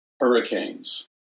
hurricanes